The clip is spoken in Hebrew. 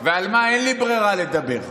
ועל מה אין לי ברירה לדבר,